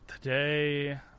today